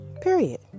Period